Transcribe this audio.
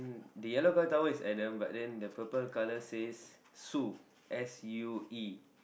the yellow colour towel is Adam but then the purple colour says Sue S U E